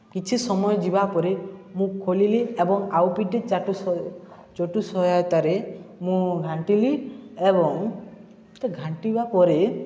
କିଛି ସମୟ ଯିବା ପରେ ମୁଁ ଖୋଲିଲି ଏବଂ ଆଉ ପିଟି ଚାଟୁ ଚଟୁ ସହାୟତାରେ ମୁଁ ଘାଣ୍ଟିଲି ଏବଂ ଘାଣ୍ଟିବା ପରେ